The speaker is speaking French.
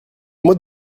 mois